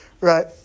Right